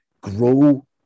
Grow